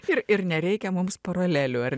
ir ir nereikia mums paralelių ar